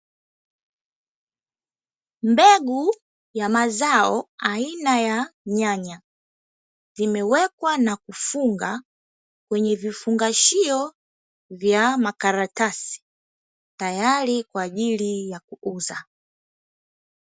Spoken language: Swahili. Mbegu ya mazao aina ya nyanya, zimewekwa na kufunga kwenye vifungashio vya makaratasi, tayari kwa ajili ya kuuza.